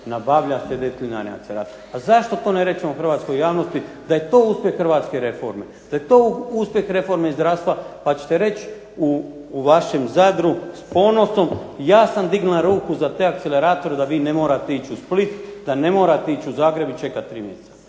nabavlja se 9 linearnih akceleratora. Pa zašto to ne rečemo hrvatskoj javnosti da je to uspjeh hrvatske reforme, da je to uspjeh reforme zdravstva pa ćete reći u vašem Zadru s ponosom ja sam digla ruku za te akceleratore da vi ne morate ići u Split, da ne morate ići u Zagreb i čekat 3 mjeseca.